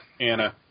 Anna